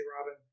Robin